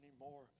anymore